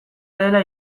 dela